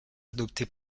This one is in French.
adoptées